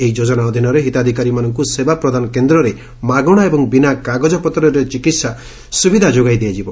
ଏହି ଯୋଜନା ଅଧୀନରେ ହିତାଧିକାରୀମାନଙ୍କୁ ସେବା ପ୍ରଦାନ କେନ୍ଦ୍ରରେ ମାଗଣା ଏବଂ ବିନା କାଗଜପତ୍ରରେ ଚିକିତ୍ସା ସ୍ୱବିଧା ଯୋଗାଇ ଦିଆଯିବ